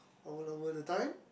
all over the time